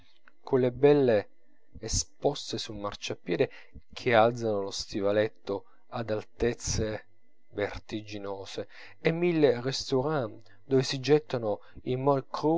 strada colle belle esposte sul marciapiede che alzano lo stivaletto ad altezze vertiginose e mille restaurants dove si gettano i